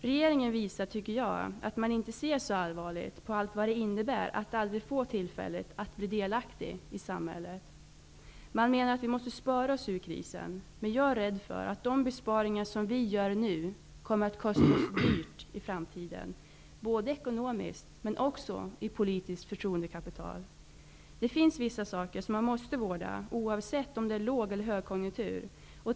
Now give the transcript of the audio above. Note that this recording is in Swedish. Regeringen visar, tycker jag, att man inte ser så allvarligt på allt vad det innebär att aldrig få tillfälle att bli delaktig i samhället. Man menar att vi måste spara oss ur krisen. Men jag är rädd för att de besparingar som vi gör nu kommer att stå oss dyrt i framtiden, både ekonomiskt och i politiskt förtroendekapital. Det finns vissa saker som man måste vårda oavsett om det är låg eller högkonjunktur.